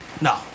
No